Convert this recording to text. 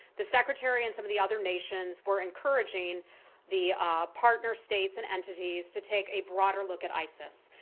the secretary and some of the other nations were encouraging the partner states and entities to take a broader look at isis.